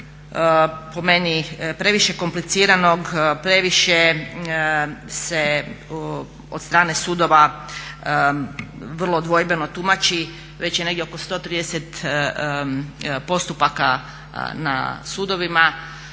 Po meni previše kompliciranog, previše se od strane sudova vrlo dvojbeno tumači, već je negdje oko 130 postupaka na sudovima.